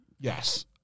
Yes